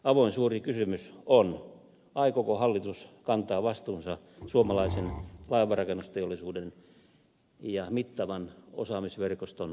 avoin suuri kysymys on aikooko hallitus kantaa vastuunsa suomalaisen laivanrakennusteollisuuden ja mittavan osaamisverkoston säilymisestä